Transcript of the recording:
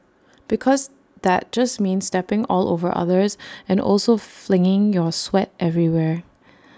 because that just means stepping all over others and also flinging your sweat everywhere